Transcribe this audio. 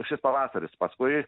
šis pavasaris paskui